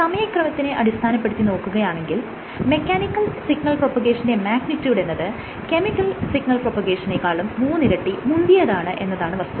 സമയക്രമത്തിനെ അടിസ്ഥാനപ്പെടുത്തി നോക്കുകയാണെങ്കിൽ mechanical signal പ്രൊപഗേഷന്റെ മാഗ്നിട്യൂഡ് എന്നത് കെമിക്കൽ സിഗ്നൽ പ്രൊപഗേഷനേക്കാളും മൂന്നിരട്ടി മുന്തിയതാണ് എന്നതാണ് വസ്തുത